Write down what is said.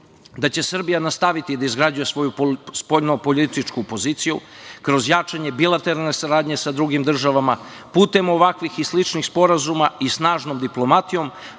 da će Srbija nastaviti da izgrađuje svoju spoljnopolitičku poziciju kroz jačanje bilateralne saradnje sa drugim državama, putem ovakvih i sličnih sporazuma i snažnom diplomatijom,